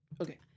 Okay